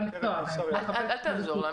אל תעזור לה.